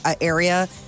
area